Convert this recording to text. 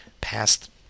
past